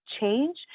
change